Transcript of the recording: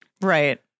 Right